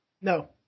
No